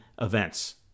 events